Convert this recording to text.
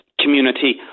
community